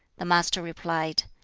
the master replied,